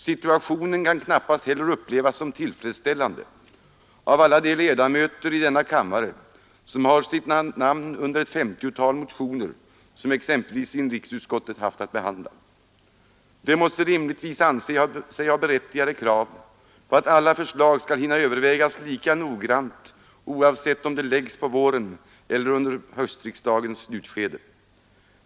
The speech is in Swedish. Situationen kan knappast heller upplevas som tillfredsställande av alla de ledamöter av denna kammare som har sina namn under det 50-tal motioner som exempelvis inrikesutskottet haft att behandla. De måste rimligtvis anse sig ha berättigade krav på att alla förslag skall hinna övervägas lika noggrant oavsett om de läggs på våren eller under höstriksdagens slutskede.